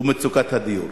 ובמצוקת הדיור.